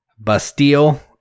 Bastille